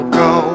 go